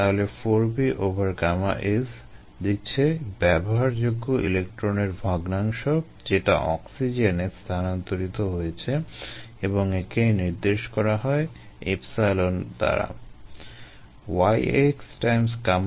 তাহলে 4b Γs দিচ্ছে ব্যবহারযোগ্য ইলেক্ট্রনের ভগ্নাংশ যেটা অক্সিজেনে স্থানান্তরিত হয়েছে এবং একে নির্দেশ করা হয় ε দ্বারা